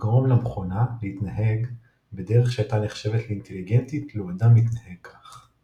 "לגרום למכונה להתנהג בדרך שהייתה נחשבת לאינטליגנטית לו אדם התנהג כך".